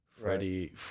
Freddie